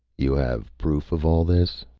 you have proof of all this?